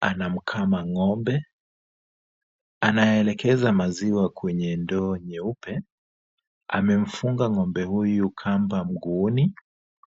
anamka ng'ombe. anaelekeza maziwa kwenye ndoo nyeupe. Amemfunga ng'ombe huyu kamba mguuni.